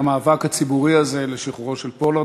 את המאבק הציבורי הזה לשחרורו של פולארד.